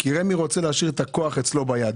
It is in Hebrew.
כי רמ"י רוצה להשאיר את הכוח אצלה ביד,